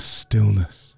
stillness